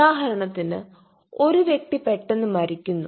ഉദാഹരണത്തിന് ഒരു വ്യക്തി പെട്ടെന്ന് മരിക്കുന്നു